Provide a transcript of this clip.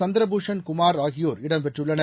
சந்திரபூஷன் குமார் ஆகியோர் இடம்பெற்றுள்ளனர்